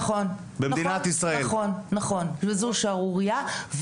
נכון, וזוהי שערורייה.